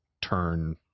turn